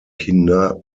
kinder